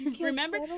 Remember